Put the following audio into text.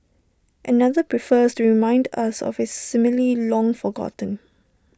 another prefers to remind us of A simile long forgotten